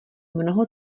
mnoho